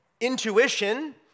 intuition